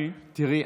אדוני,